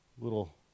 little